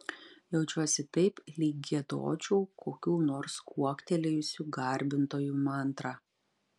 jaučiuosi taip lyg giedočiau kokių nors kuoktelėjusių garbintojų mantrą